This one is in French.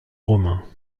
romains